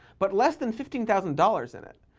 but less than fifteen thousand dollars in it,